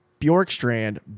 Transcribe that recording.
Bjorkstrand